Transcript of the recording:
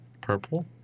Purple